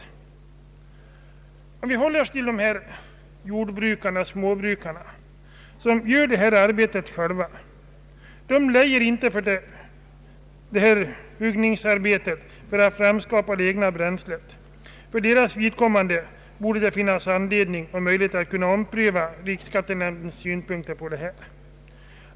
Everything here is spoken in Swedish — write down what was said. Låt oss hålla oss till småbrukarna. De gör detta arbete själva; de lejer inte för huggningsarbetet för att framskapa det egna bränslet. För deras vidkommande borde det finnas möjlighet för riksskattenämnden att pröva värdet av naturaförmån.